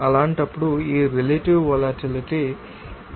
అలాంటప్పుడు ఈ relative volatility 2